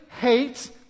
hate